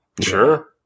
Sure